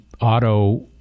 auto